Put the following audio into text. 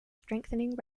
strengthening